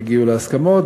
הגיעו להסכמות,